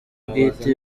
bwite